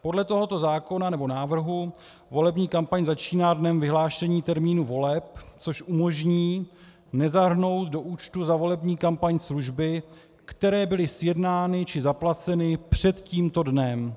Podle tohoto zákona, nebo návrhu volební kampaň začíná dnem vyhlášení termínu voleb, což umožní nezahrnout do účtu za volební kampaň služby, které byly sjednány či zaplaceny před tímto dnem.